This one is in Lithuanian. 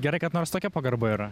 gerai kad nors tokia pagarba yra